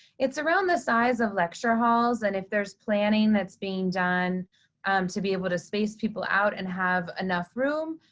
it's around the size of lecture halls and if there's planning that's being done to be able to space people out and have enough room,